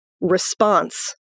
response